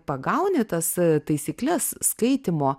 pagauni tas taisykles skaitymo